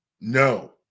no